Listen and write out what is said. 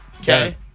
Okay